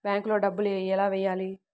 బ్యాంక్లో డబ్బులు ఎలా వెయ్యాలి?